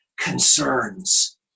concerns